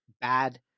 bad